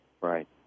Right